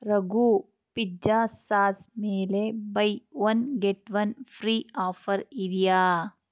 Raghu pizza sauce ಮೇಲೆ buy one get one free offer ಇದೆಯಾ